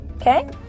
Okay